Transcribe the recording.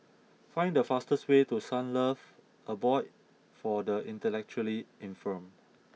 find the fastest way to Sunlove Abode for the Intellectually Infirmed